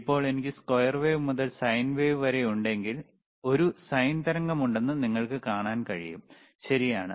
ഇപ്പോൾ എനിക്ക് square wave മുതൽ സൈൻ വേവ് വരെ ഉണ്ടെങ്കിൽ ഒരു സൈൻ തരംഗമുണ്ടെന്ന് നിങ്ങൾക്ക് കാണാൻ കഴിയും ശരിയാണ്